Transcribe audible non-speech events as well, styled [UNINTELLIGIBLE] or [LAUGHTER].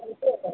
[UNINTELLIGIBLE]